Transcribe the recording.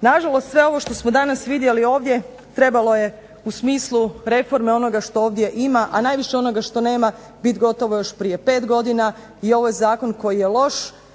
nažalost sve ovo što smo danas vidjeli ovdje trebalo je u smislu reforme onoga što ovdje ima, a najviše onoga što nema biti gotovo još prije 5 godina i ovo je zakon koji je loš